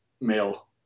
male